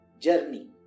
journey